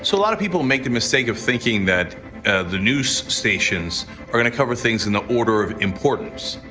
so a lot of people make the mistake of thinking that the news stations are gonna cover things in the order of importance,